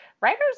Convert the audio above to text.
writers